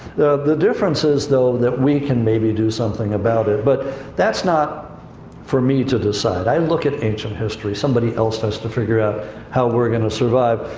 the difference is, though, that we can maybe do something about it. but that's not for me to decide. i look at ancient history, somebody else has to figure out how we're going to survive.